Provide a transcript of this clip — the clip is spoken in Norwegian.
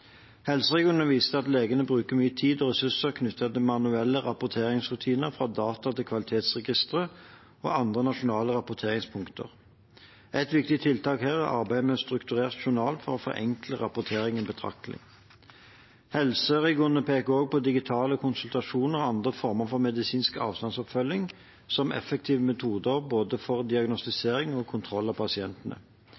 Helseregionene viser til at legene bruker mye tid og ressurser knyttet til manuelle rapporteringsrutiner for data til kvalitetsregistre og andre nasjonale rapporteringspunkter. Et viktig tiltak her er arbeidet med strukturert journal for å forenkle rapporteringen betraktelig. Helseregionene peker også på digitale konsultasjoner og andre former for medisinsk avstandsoppfølging som effektive metoder for både